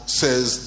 says